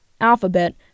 alphabet